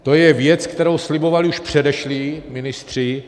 To je věc, kterou slibovali už předešlí ministři.